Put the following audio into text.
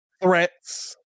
threats